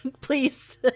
Please